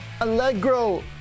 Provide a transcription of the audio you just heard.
Allegro